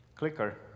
Clicker